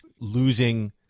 losing